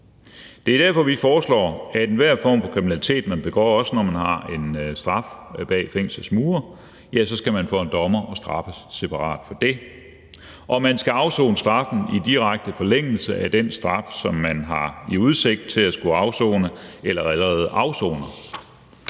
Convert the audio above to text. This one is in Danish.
Det er derfor, vi foreslår, at man ved enhver form for kriminalitet, man begår, også når man har fået en straf bag fængslets mure, skal for en dommer og straffes separat for det, og man skal afsone straffen i direkte forlængelse af den straf, som man har udsigt til at skulle afsone eller allerede afsoner.